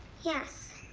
yes,